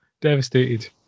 Devastated